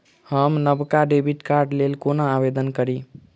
हम नवका डेबिट कार्डक लेल कोना आवेदन करी?